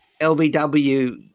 LBW